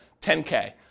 10K